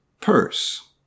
Purse